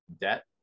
debt